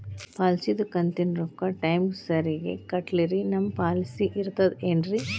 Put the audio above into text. ಪಾಲಿಸಿದು ಕಂತಿನ ರೊಕ್ಕ ಟೈಮಿಗ್ ಸರಿಗೆ ಕಟ್ಟಿಲ್ರಿ ನಮ್ ಪಾಲಿಸಿ ಇರ್ತದ ಏನ್ರಿ?